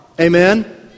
Amen